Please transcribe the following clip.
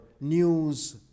news